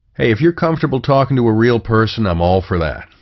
hey, if you're comfortable talking to a real person i'm all for that,